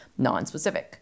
nonspecific